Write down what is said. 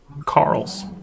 Carl's